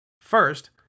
First